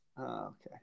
okay